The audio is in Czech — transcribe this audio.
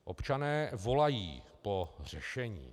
Občané volají po řešení.